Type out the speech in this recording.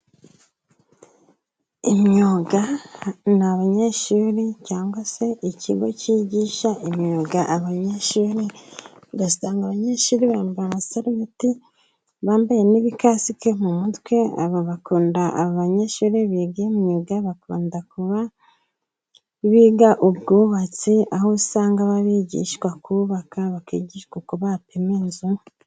Imyuga ni abanyeshuri cyangwa se ikigo cyigisha imyuga abanyeshuri. Usanga abanyeshuri bambara amasarubeti, bambaye n'ibikasike mu mutwe. Aba bakunda abanyeshuri biga imyuga bakunda kuba biga ubwubatsi, Aho usanga aba bigishwa kubabaka bakigishwa uko bapima inzu.